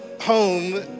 home